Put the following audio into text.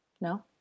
No